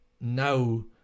now